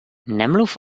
nemluv